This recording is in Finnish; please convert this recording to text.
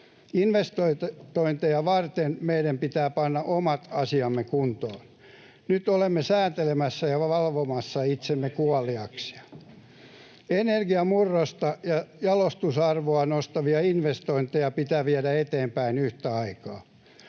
Investointeja varten meidän pitää panna omat asiamme kuntoon. Nyt olemme sääntelemässä ja valvomassa itsemme kuoliaaksi. Energiamurrosta ja jalostusarvoa nostavia investointeja pitää viedä eteenpäin yhtä aikaa.